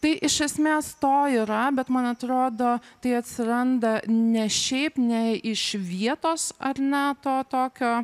tai iš esmės to yra bet man atrodo tai atsiranda ne šiaip ne iš vietos ar ne to tokio